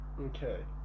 Okay